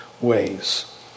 ways